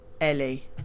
Ellie